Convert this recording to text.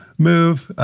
move.